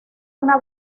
una